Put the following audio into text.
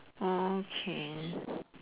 okay